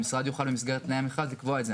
המשרד יוכל במסגרת תנאי המכרז לקבוע את זה.